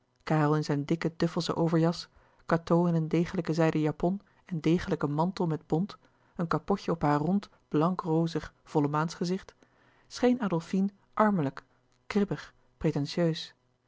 karel in zijn dikke duffelsche overjas cateau in een degelijke zijden japon en degelijken mantel met bont een kapotje op haar rond blankrozig vollemaansgezicht scheen adolfine armelijk kribbig pretentieus